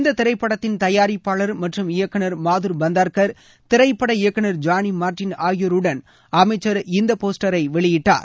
இந்த திரைப்படத்தின் தயார்ப்பாளர் மற்றும் இயக்குநர் மாதுர் பந்தார்கர் திரைப்பட இயக்குநர் ஜாளி மார்ட்டின் ஆகியோருடன் அமைச்சர் இந்த போஸ்டரை வெளியிட்டார்